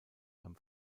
beim